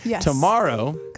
tomorrow